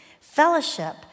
Fellowship